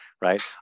right